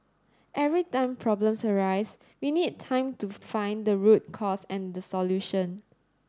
every time problems arise we need time to find the root cause and the solution